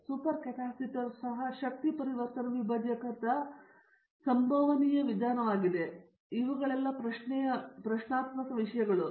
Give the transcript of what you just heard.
ಆದ್ದರಿಂದ super capacitor ಸಹ ಶಕ್ತಿ ಪರಿವರ್ತನ ವಿಭಜಕದ ಸಂಭವನೀಯ ವಿಧಾನವಾಗಿದೆ ಆದರೆ ಪ್ರಶ್ನೆಯ ವಿಷಯಗಳು ಮಾತ್ರ